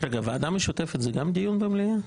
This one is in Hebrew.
הוועדה המשותפת זה גם דיון במליאה?